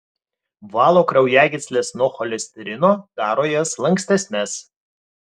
valo kraujagysles nuo cholesterino daro jas lankstesnes